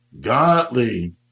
godly